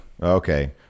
Okay